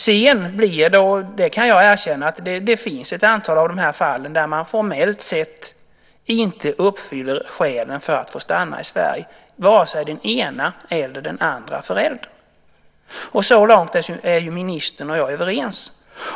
I ett antal av de här fallen, det kan jag erkänna, uppfyller varken den ena eller den andra föräldern formellt sett skälen för att få stanna i Sverige. Så långt är ministern och jag överens.